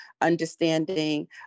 understanding